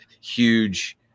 huge